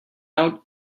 out